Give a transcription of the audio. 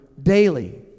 Daily